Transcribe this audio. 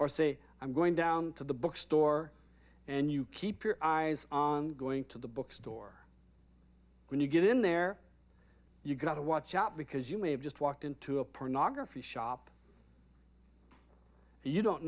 or say i'm going down to the bookstore and you keep your eyes on going to the bookstore when you get in there you've got to watch out because you may have just walked into a pornography shop you don't